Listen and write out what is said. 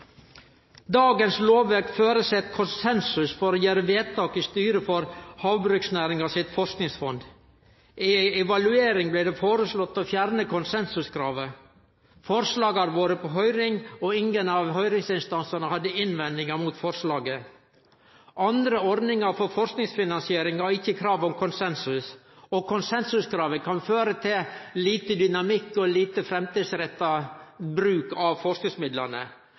Dagens lovverk føreset konsensus for å gjere vedtak i styret for Fiskeri- og havbruksnæringa sitt forskingsfond. I ei evaluering blei det foreslått å fjerne konsensuskravet. Forslaget har vore på høyring, og ingen av høyringsinstansane hadde innvendingar mot forslaget. Andre ordningar for forskingsfinansiering har ikkje krav om konsensus, og konsensuskravet kan føre til lite dynamikk og lite framtidsretta bruk av forskingsmidlane.